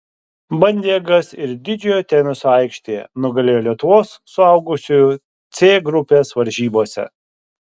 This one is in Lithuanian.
bandė jėgas ir didžiojo teniso aikštėje nugalėjo lietuvos suaugusiųjų c grupės varžybose